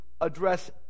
address